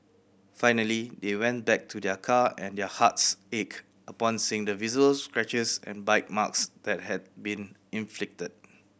finally they went back to their car and their hearts ached upon seeing the visible scratches and bite marks that had been inflicted